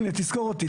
הנה, תזכור אותי.